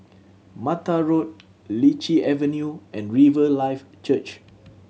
Mattar Road Lichi Avenue and Riverlife Church